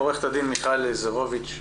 עורכת דין מיכל לזרוביץ',